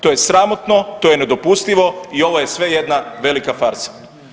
To je sramotno, to je nedopustivo i ovo je sve jedna velika farsa.